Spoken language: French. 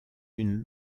une